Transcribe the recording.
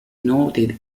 noted